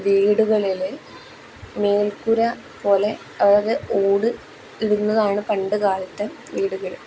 വീടുകളിൽ മേൽക്കൂര പോലെ അതായത് ഓട് ഇടുന്നതാണ് പണ്ട് കാലത്തെ വീടുകൾ